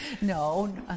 No